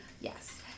Yes